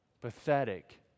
pathetic